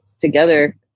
together